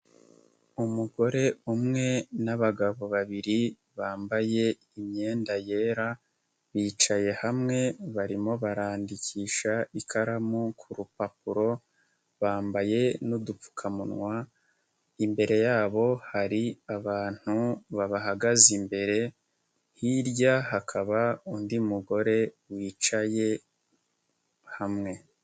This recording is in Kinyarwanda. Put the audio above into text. Umugore umwe n'abagabo babiri bambaye imyenda yera, bicaye hamwe barimo barandikisha ikaramu ku rupapuro, bambaye n'udupfukamunwa, imbere yabo hari abantu bahagaze imbere, hirya hakaba undi mugore wicaye hamwe.